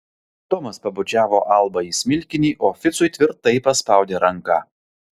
tomas pabučiavo albą į smilkinį o ficui tvirtai paspaudė ranką